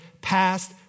past